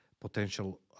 potential